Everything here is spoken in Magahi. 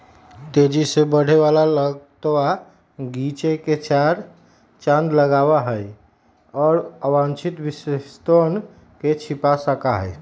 तेजी से बढ़े वाला लतवा गीचे में चार चांद लगावा हई, और अवांछित विशेषतवन के छिपा सका हई